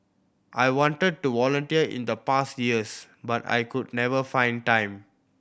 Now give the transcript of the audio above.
I wanted to volunteer in the past years but I could never find time